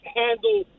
handle